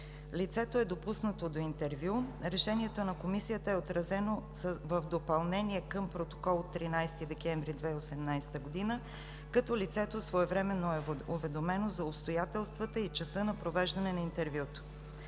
Лицето е допуснато до интервю. Решението на Комисията е отразено в допълнение към протокол от 13 декември 2018 г., като лицето своевременно е уведомено за обстоятелствата и часа на провеждане на интервюто.